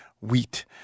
wheat